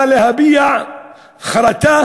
נא להביע חרטה,